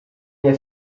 nie